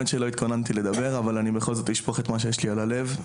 התכוונתי לדבר אבל אומר מה שיש לי על הלב.